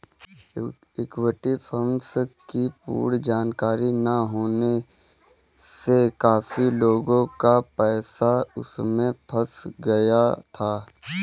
equity fund की पूर्ण जानकारी ना होने से काफी लोगों का पैसा उसमें फंस गया था